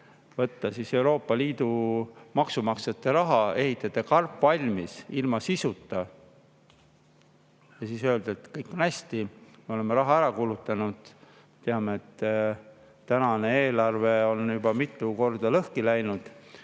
võtta Euroopa Liidu maksumaksjate raha ja ehitada karp valmis ilma sisuta. Ja siis öeldakse, et kõik on hästi, me oleme raha ära kulutanud. Me teame, et tänane eelarve on juba mitu korda lõhki läinud.